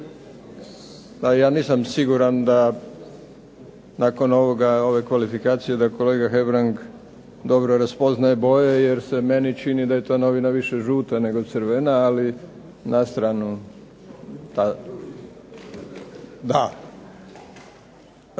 ja nisam siguran da nakon ovoga i ove kvalifikacije da kolega Hebrang dobro raspoznaje boje jer se meni čini da je to novina više žuta nego crvena, ali na stranu ta.